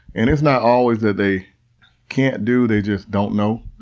and it's not always that they can't do, they just don't know.